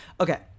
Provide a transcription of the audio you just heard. Okay